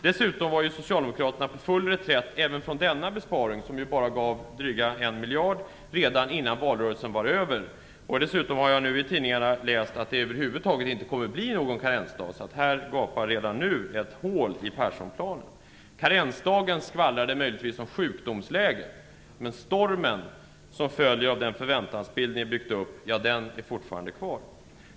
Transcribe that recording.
Dessutom var Socialdemokraterna på full reträtt även från denna besparing, som ju bara gav drygt en miljard, redan innan valrörelsen var över. Därtill har jag nu i tidningarna läst att det över huvud taget inte kommer att bli någon karensdag. Här gapar alltså redan nu ett hål i Perssonplanen. Karensdagen skvallrade möjligtvis om sjukdomsläget, men den storm som följde av den förväntasbild ni byggde upp är fortfarande kvar.